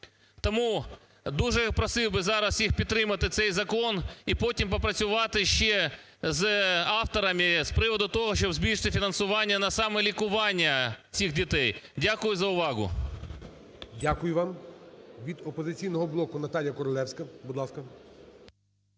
Тому дуже просив би зараз їх підтримати цей закон і потім попрацювати ще з авторами з приводу того, що збільшити фінансування саме на лікування цих дітей. Дякую за увагу. ГОЛОВУЮЧИЙ. Дякую вам. Від "Опозиційного блоку" Наталія Королевська. Будь ласка.